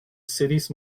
cities